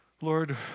Lord